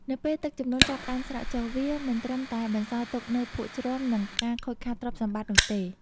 នៅពេលទឹកជំនន់ចាប់ផ្តើមស្រកចុះ វាមិនត្រឹមតែបន្សល់ទុកនូវភក់ជ្រាំ និងការខូចខាតទ្រព្យសម្បត្តិនោះទេ។